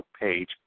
page